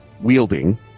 wielding